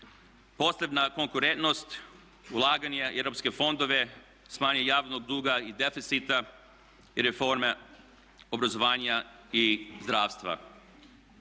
posebna konkurentnost, ulaganje, europske fondove, smanjenje javnog duga i deficita i reforme obrazovanja i zdravstva.